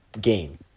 game